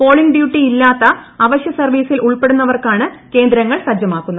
polling ഡ്യൂട്ടിയില്ലാത്ത അവശ്യ സർവീസിൽ ഉൾപ്പെടുന്നവർക്കാണ് സെന്ററുകൾ സജ്ജമാക്കുന്നത്